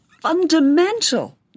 fundamental